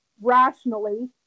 rationally